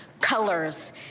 colors